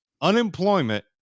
Unemployment